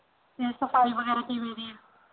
ਅਤੇ ਸਫ਼ਾਈ ਵਗੈਰਾ ਕਿਵੇਂ ਦੀ ਹੈ